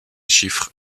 chiffres